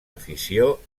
afició